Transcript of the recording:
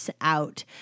out